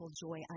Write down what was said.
joy